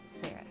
Sarah